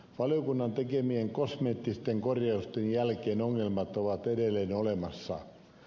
valiokunnan tekemien kosmeettisten kor jausten jälkeen ongelmat ovat edelleen olemassa